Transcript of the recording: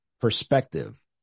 perspective